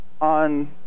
on